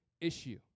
issue